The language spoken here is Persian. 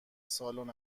سالن